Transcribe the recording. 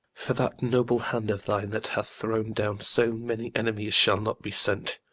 for that noble hand of thine, that hath thrown down so many enemies, shall not be sent.